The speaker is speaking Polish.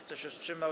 Kto się wstrzymał?